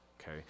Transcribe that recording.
okay